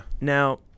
Now